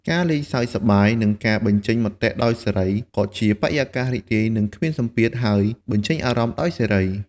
ការលេងសើចសប្បាយ និងការបញ្ចេញមតិដោយសេរី ក៏ជាបរិយាកាសរីករាយ និងគ្មានសម្ពាធ ហើយបញ្ចេញអារម្មណ៍ដោយសេរី។